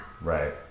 Right